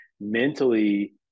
mentally